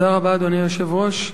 תודה רבה, אדוני היושב-ראש.